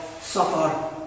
suffer